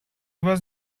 was